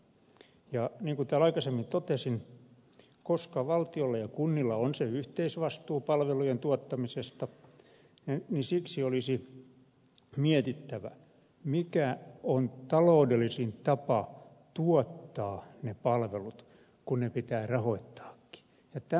niin kuin täällä aikaisemmin totesin koska valtiolla ja kunnilla on se yhteisvastuu palvelujen tuottamisesta niin siksi olisi mietittävä mikä on taloudellisin tapa tuottaa ne palvelut kun ne pitää rahoittaakin